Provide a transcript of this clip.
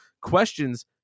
questions